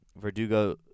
Verdugo